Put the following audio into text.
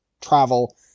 travel